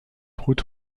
route